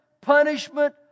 punishment